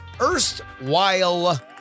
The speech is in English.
erstwhile